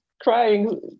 crying